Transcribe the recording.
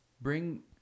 Bring